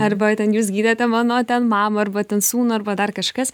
arba ten jūs gydėte mano ten mamą arba ten sūnų arba dar kažkas